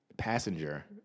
Passenger